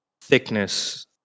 thickness